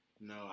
No